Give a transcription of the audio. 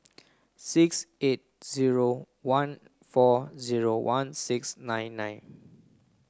six eight zero one four zero one six nine nine